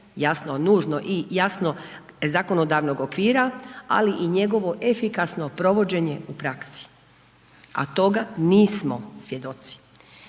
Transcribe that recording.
jasno nužno i jasno zakonodavnog okvira, ali i njegovo efikasno provođenje u praksi, a toga nismo svjedoci.